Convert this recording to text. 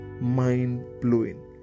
Mind-blowing